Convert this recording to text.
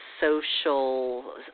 social